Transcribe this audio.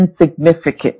insignificant